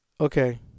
Okay